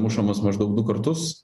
mušamas maždaug du kartus